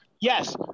Yes